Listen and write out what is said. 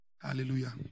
Hallelujah